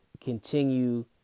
continue